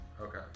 Okay